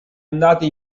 ondate